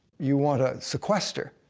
you want to sequester,